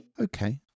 okay